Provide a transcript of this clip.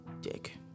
Dick